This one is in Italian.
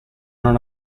non